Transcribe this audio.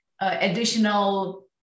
additional